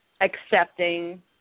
accepting